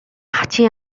хачин